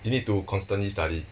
you need to constantly study